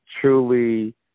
truly